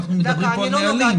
אנחנו מדברים פה על נהלים?